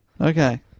Okay